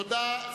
תודה.